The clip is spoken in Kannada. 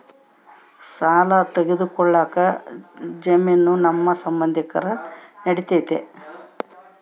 ಸಾಲ ತೊಗೋಳಕ್ಕೆ ಜಾಮೇನು ನಮ್ಮ ಸಂಬಂಧಿಕರು ನಡಿತೈತಿ?